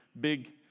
big